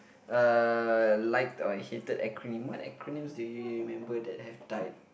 uh like or hated acronyms what acronyms do you you remember that have died